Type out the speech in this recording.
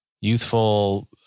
youthful